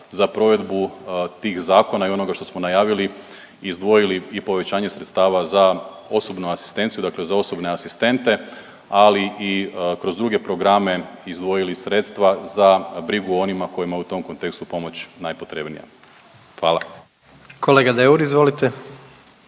za provedbu tih zakona i onoga što smo najavili izdvojili i povećanje sredstava za osobnu asistenciju, dakle za osobne asistente, ali i kroz druge programe izdvojili sredstva za brigu o onima kojima u tom kontekstu pomoć najpotrebnija. Hvala. **Jandroković,